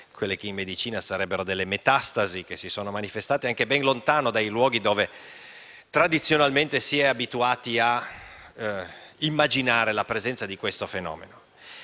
quelle che in medicina si definiscono le metastasi, che si sono manifestate anche ben lontano dai luoghi dove tradizionalmente si è abituati a immaginare la presenza di questo fenomeno,